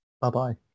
Bye-bye